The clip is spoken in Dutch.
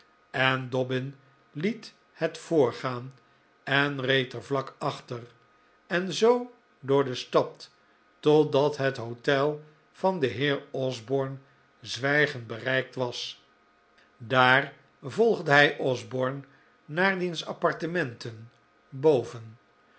en dobbin liet het voorgaan en reed er vlak achter en zoo door de stad totdat het hotel van den heer osborne zwijgend bereikt was daar volgde hij osborne naar diens appartementen boven